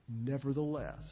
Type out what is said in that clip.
Nevertheless